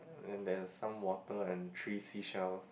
and there's some water and three seashells